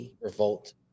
Revolt